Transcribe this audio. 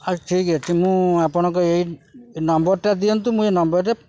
ଆଉ ଠିକ୍ ଅଛି ମୁଁ ଆପଣଙ୍କ ଏଇ ନମ୍ବରଟା ଦିଅନ୍ତୁ ମୁଁ ଏଇ ନମ୍ବରରେ